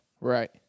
Right